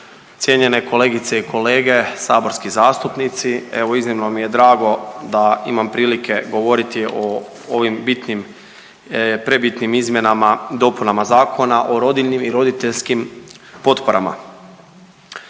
cijenjene kolegice i kolege saborski zastupnici. Evo iznimno mi je drago da imam prilike govoriti o ovim bitnim, prebitnim izmjenama i dopunama Zakona o rodiljnim i roditeljskim potporama.